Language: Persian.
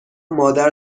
مادر